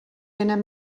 anem